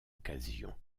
occasion